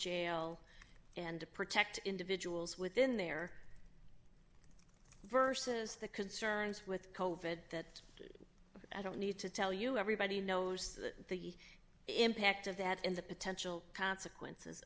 jail and to protect individuals within there versus the concerns with culver that i don't need to tell you everybody knows that the impact of that and the potential consequences